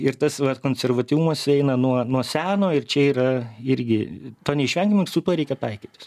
ir tas konservatyvumas eina nuo nuo seno ir čia yra irgi to neišvengiam ir su tuo reikia taikytis